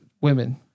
women